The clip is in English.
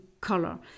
color